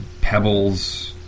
pebbles